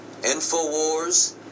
Infowars